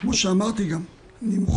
זו השאלה שנשאלת פה ולכן אנחנו גם רוצים